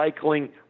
recycling